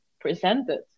presented